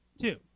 Two